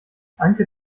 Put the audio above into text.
anke